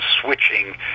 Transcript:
switching